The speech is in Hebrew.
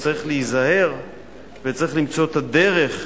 שצריך להיזהר וצריך למצוא את הדרך איך,